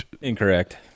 Incorrect